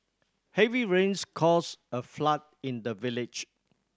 heavy rains caused a flood in the village